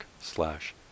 slash